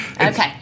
okay